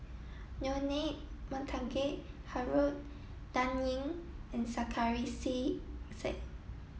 Leonard Montague Harrod Dan Ying and Sarkasi Said